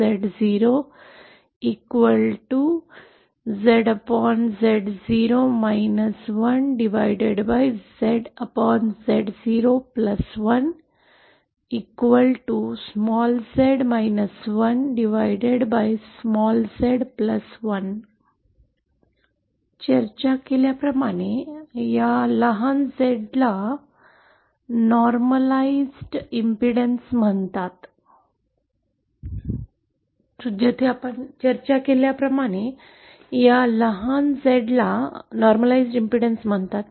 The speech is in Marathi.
जेथे आपण चर्चा केल्याप्रमाणे या लहान z ला सामान्यीकृत प्रतिबाधा म्हणतात